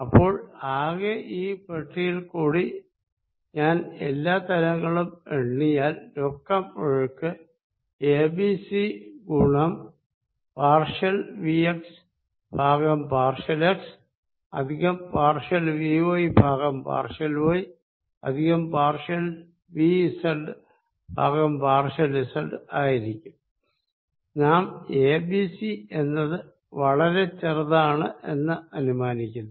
അപ്പോൾ ആകെ ഈ പെട്ടിയിൽ കൂടി ഞാൻ എല്ലാ തലങ്ങളും എണ്ണിയാൽ നെറ്റ് ഫ്ലോ abc ഗുണം പാർഷ്യൽ vx ഭാഗം partial x plus partial vý ഭാഗം partial y plus partial vz ഭാഗം പാർഷ്യൽ z ആയിരിക്കും നാം abc എന്നത് വളരെ ചെറുതാണെന്ന് അനുമാനിക്കുന്നു